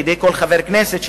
בידי כל חבר כנסת,